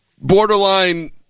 borderline